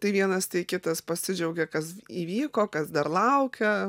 tai vienas tai kitas pasidžiaugia kas įvyko kas dar laukia